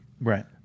Right